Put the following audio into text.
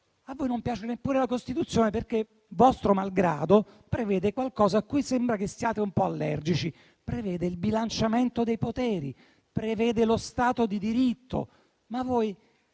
A voi non piace neppure la Costituzione, perché vostro malgrado prevede qualcosa a cui sembra che siate un po' allergici, ovvero il bilanciamento dei poteri e lo Stato di diritto: voi